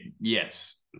yes